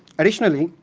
additionally,